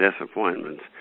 disappointments